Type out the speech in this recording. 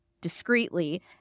discreetly